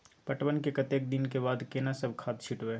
पटवन के कतेक दिन के बाद केना सब खाद छिटबै?